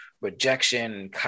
rejection